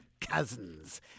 Cousins